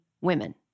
women